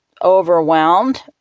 overwhelmed